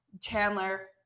Chandler